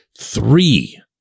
three